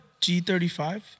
G35